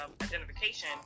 identification